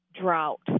drought